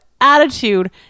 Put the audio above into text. attitude